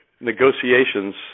Negotiations